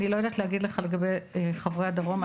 אני לא יודעת להגיד לך לגבי חברי הדרום.